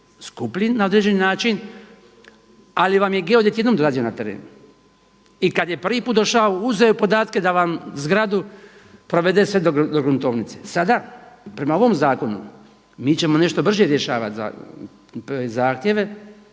skuplji na određeni način, ali vam je geodet jednom dolazio na teren. I kada je prvi put došao uzeo je podatke da vam zgradu provede sve do gruntovnice. Sada prema ovom zakonu mi ćemo nešto brže rješavati zahtjeve,